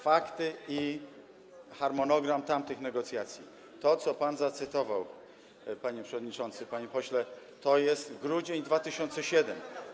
Fakty i harmonogram tamtych negocjacji - to, co pan zacytował, panie przewodniczący, panie pośle, to jest grudzień 2007 r.